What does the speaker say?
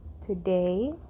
Today